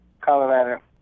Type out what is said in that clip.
Colorado